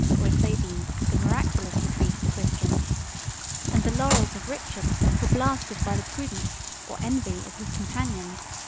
or, as they deemed, the miraculous, retreat of the christians and the laurels of richard were blasted by the prudence, or envy, of his companions.